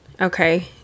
okay